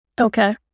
Okay